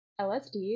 LSD